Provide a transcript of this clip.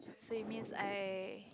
so it means I